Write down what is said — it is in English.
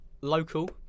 local